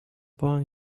boy